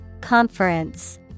Conference